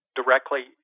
directly